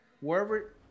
wherever